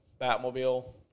Batmobile